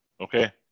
Okay